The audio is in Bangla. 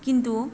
কিন্তু